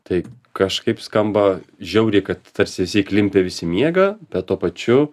tai kažkaip skamba žiauriai kad tarsi visi įklimpę visi miega bet tuo pačiu